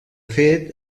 fet